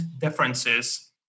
differences